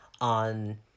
on